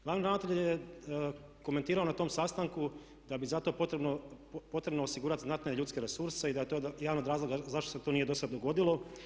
Glavni ravnatelj je komentirao na tom sastanku da bi za to bilo potrebno osigurati znatne ljudske resurse i da je to jedan od razloga zašto se to nije dosad dogodilo.